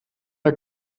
der